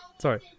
Sorry